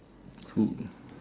to